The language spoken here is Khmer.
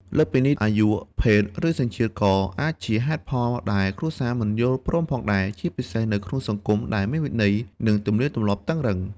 លើសពីនេះ អាយុ ភេទ ឬសញ្ជាតិ ក៏អាចជាហេតុផលដែលគ្រួសារមិនយល់ព្រមផងដែរ ជាពិសេសនៅក្នុងសង្គមដែលមានវិន័យ និងទំនៀមទម្លាប់តឹងរ៉ឹង។